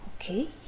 okay